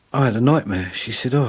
i had a nightmare. she said, oh